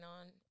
on